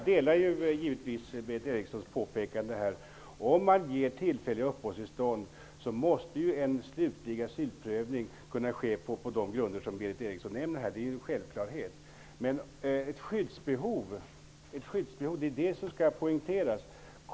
Herr talman! Jag har samma syn på tillfälliga uppehållstillstånd som Berith Eriksson. En slutlig asylprövning måste kunna ske på de grunder som Berith Eriksson nämner här. Det ser jag som en självklarhet. Men skyddsbehovet skall poängteras.